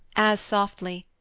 as softly,